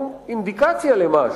שהוא אינדיקציה למשהו,